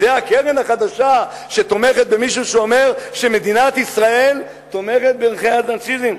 זו הקרן החדשה שתומכת במישהו שאומר שמדינת ישראל תומכת בערכי הנאציזם.